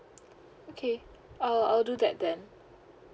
okay uh I'll do that then